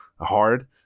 hard